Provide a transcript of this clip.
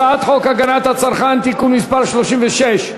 הצעת חוק הגנת הצרכן (תיקון מס' 36),